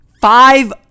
five